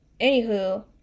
Anywho